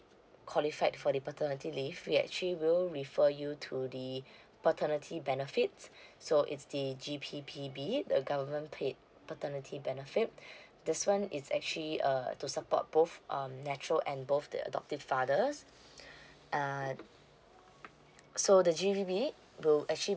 qualified for the paternity leave we actually will refer you to the paternity benefit so it's the G_P_P_B the government paid paternity benefit this one is actually uh to support both um natural and both the adoptive fathers uh so the G_P_P_B it will actually